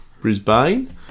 brisbane